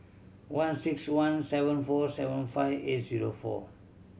one six one seven four seven five eight zero four